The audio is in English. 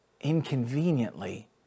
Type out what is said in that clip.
inconveniently